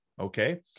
okay